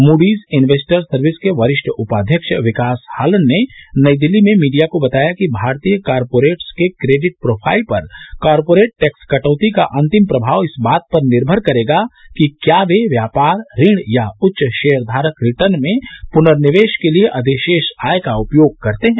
Moody's Investors Service के वरिष्ठ उपाध्यक्ष विकास हालन ने नई दिल्ली में मीडिया को बताया कि भारतीय कॉर्पोरेट्स के क्रेडिट प्रोफाइल पर कॉर्पोरेट टैक्स कटौती का अंतिम प्रमाव इस बात पर निर्मर करेगा कि क्या वे व्यापार ऋण या उच्च शेयखारक रिटने में पुनर्निवेश के लिए अधिशेष आय का उपयोग करते हैं